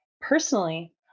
personally